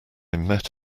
met